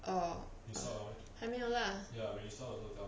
哦还没有啦